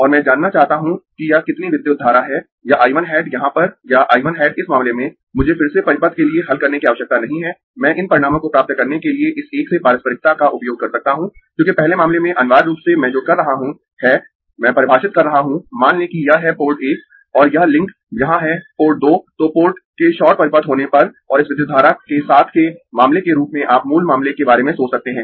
और मैं जानना चाहता हूं कि यह कितनी विद्युत धारा है यह I 1 हैट यहां पर या I 1 हैट इस मामले में मुझे फिर से परिपथ के लिए हल करने की आवश्यकता नहीं है मैं इन परिणामों को प्राप्त करने के लिए इस एक से पारस्परिकता का उपयोग कर सकता हूं क्योंकि पहले मामले में अनिवार्य रूप से मैं जो कर रहा हूं है मैं परिभाषित कर रहा हूं मान लें कि यह है पोर्ट एक और यह लिंक यहां है पोर्ट दो तो पोर्ट के शॉर्ट परिपथ होने पर और इस विद्युत धारा के साथ के मामले के रूप में आप मूल मामले के बारे में सोच सकते है